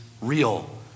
real